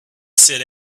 sit